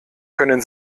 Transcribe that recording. können